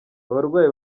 abarwayi